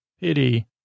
pity